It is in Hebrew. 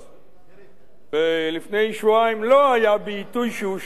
לפני שבועיים לא היה בעיתוי שאושר על-ידי הממשלה,